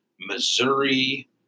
Missouri